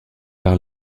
par